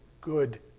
good